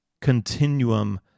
continuum